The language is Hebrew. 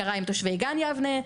קרה עם תושבי גן יבנה,